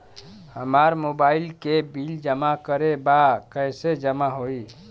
हमार मोबाइल के बिल जमा करे बा कैसे जमा होई?